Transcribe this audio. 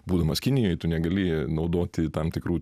būdamas kinijoj tu negali naudoti tam tikrų